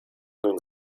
nun